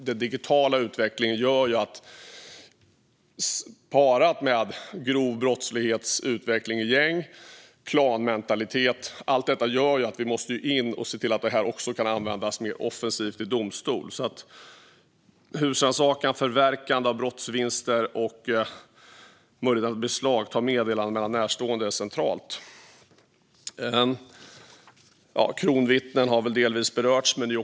Den digitala utvecklingen parat med den grova brottslighetens utveckling med gäng och klanmentalitet gör att vi måste se till att detta kan användas mer offensivt i domstol. Husrannsakan, förverkande av brottsvinster och möjlighet att beslagta meddelanden mellan närstående är centralt. Kronvittnen har berörts här.